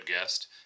guest